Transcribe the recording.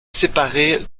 séparée